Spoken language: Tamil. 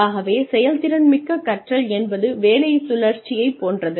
ஆகவே செயல்திறன் மிக்க கற்றல் என்பது வேலை சுழற்சியைப் போன்றது